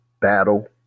battle